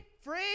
Free